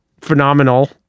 phenomenal